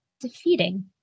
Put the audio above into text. defeating